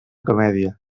comèdia